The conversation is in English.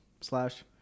slash